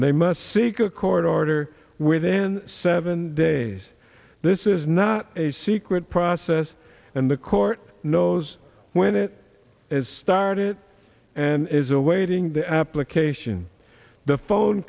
they must seek a court order within seven days this is not a secret process and the court knows when it is started and is awaiting the application the phone